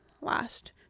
last